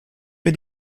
für